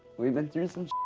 we've been through some